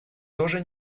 тоже